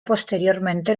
posteriormente